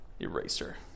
eraser